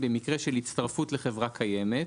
במקרה של הצטרפות לחברה קיימת,